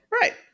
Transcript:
Right